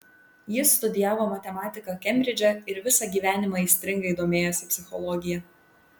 jis studijavo matematiką kembridže ir visą gyvenimą aistringai domėjosi psichologija